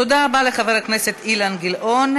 תודה רבה לחבר הכנסת אילן גילאון.